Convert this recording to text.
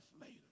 later